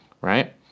right